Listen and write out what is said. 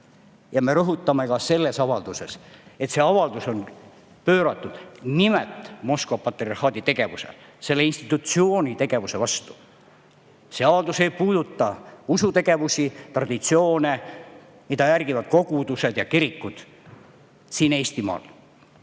Me rõhutame ka selles avalduses, et see avaldus on [suunatud] nimelt Moskva patriarhaadi tegevuse, selle institutsiooni tegevuse vastu. See avaldus ei puuduta usutegevust, traditsioone, mida järgivad kogudused ja kirikud siin Eestimaal.